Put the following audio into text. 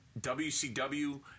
WCW